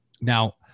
Now